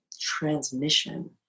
transmission